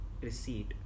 receipt